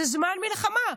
זה זמן מלחמה,